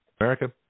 America